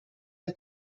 der